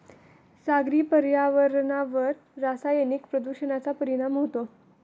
सागरी पर्यावरणावर रासायनिक प्रदूषणाचा परिणाम होतो